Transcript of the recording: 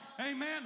amen